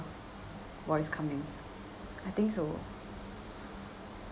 voice coming I think so